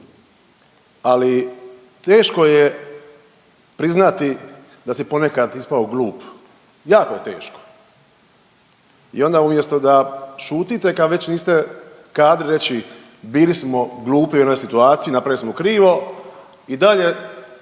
ali teško je priznati da si ponekad ispao glup, jako teško. I onda umjesto da šutite kad već niste kadri reći bili smo glupi u jednoj situaciji napravili smo krivo i dalje